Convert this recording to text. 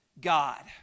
God